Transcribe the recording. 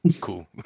cool